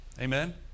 Amen